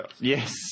Yes